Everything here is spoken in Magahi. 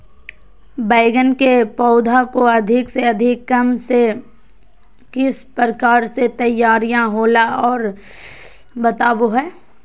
बैगन के पौधा को अधिक से अधिक कम समय में किस प्रकार से तैयारियां होला औ बताबो है?